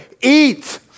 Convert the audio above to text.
Eat